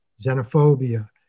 Xenophobia